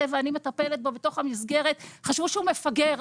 ואני מטפלת בו בתוך המסגרת חשבו שהוא מפגר,